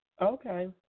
Okay